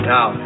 Now